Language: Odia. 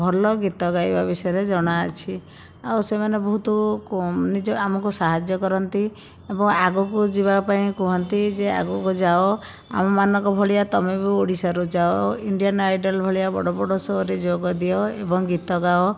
ଭଲ ଗୀତ ଗାଇବା ବିଷୟରେ ଜଣା ଅଛି ଆଉ ସେମାନେ ବହୁତ ଆମକୁ ସାହାଯ୍ୟ କରନ୍ତି ଏବଂ ଆଗକୁ ଯିବା ପାଇଁ କୁହନ୍ତି ଯେ ଆଗକୁ ଯାଅ ଆମମାନଙ୍କ ଭଳିଆ ତମେ ବି ଓଡ଼ିଶାରୁ ଯାଅ ଇଣ୍ଡିଆନ ଆଇଡଲ ଭଳିଆ ବଡ଼ ବଡ଼ ସୋ'ରେ ଯୋଗ ଦିଅ ଏବଂ ଗୀତ ଗାଅ